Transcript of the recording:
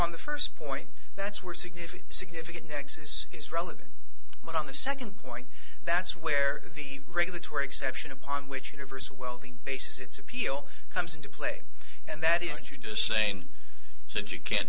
on the first point that's where significant significant nexus is relevant but on the second point that's where the regulatory exception upon which universal welding basis its appeal comes into play and that is to do the same so you can't